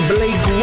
Blake